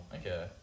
okay